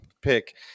pick